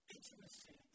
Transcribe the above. Intimacy